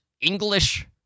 English